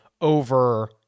over